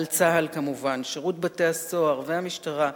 צה"ל כמובן, שירות בתי-הסוהר והמשטרה,